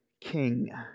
king